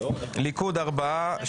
ליכוד ארבעה,